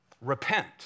Repent